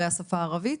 בכל הפנימיות ברחבי הארץ,